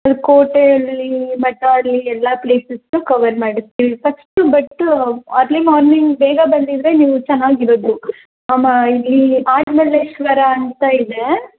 ಅಲ್ಲಿ ಕೋಟೆ ಅಲ್ಲಿ ಮತ ಅಲ್ಲಿ ಎಲ್ಲ ಪ್ಲೇಸಸನ್ನು ಕವರ್ ಮಾಡಿಸ್ತೀವಿ ಫಸ್ಟು ಬಟ್ಟೂ ಅರ್ಲಿ ಮಾರ್ನಿಂಗ್ ಬೇಗ ಬಂದಿದ್ದರೆ ನೀವು ಚೆನ್ನಾಗಿರೋದು ಮ್ಯಾಮ ಇಲ್ಲೀ ಆಡು ಮಲ್ಲೇಶ್ವರ ಅಂತ ಇದೆ